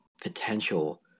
potential